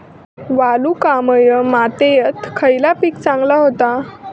वालुकामय मातयेत खयला पीक चांगला होता?